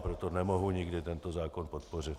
Proto nemohu nikdy tento zákon podpořit.